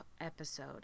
episode